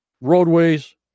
roadways